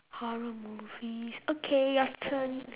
horror movies okay your turn